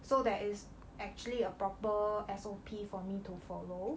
so there is actually a proper S_O_P for me to follow